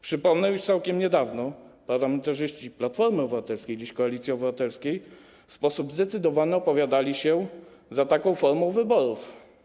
Przypomnę, iż całkiem niedawno parlamentarzyści Platformy Obywatelskiej, dziś Koalicji Obywatelskiej, w sposób zdecydowany opowiadali się za taką formą wyborów.